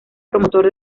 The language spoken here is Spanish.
promotor